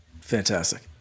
Fantastic